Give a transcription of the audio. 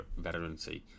veterancy